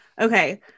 Okay